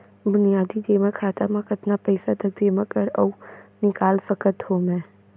बुनियादी जेमा खाता म कतना पइसा तक जेमा कर अऊ निकाल सकत हो मैं?